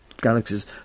galaxies